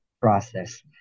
process